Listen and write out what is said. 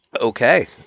Okay